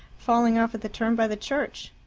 falling off at the turn by the church.